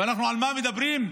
ועל מה אנחנו מדברים?